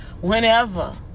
whenever